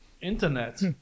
Internet